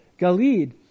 Galid